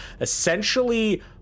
essentially